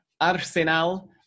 Arsenal